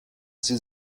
sie